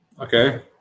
Okay